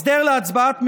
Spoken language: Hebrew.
הסדר להצבעת מבודדים,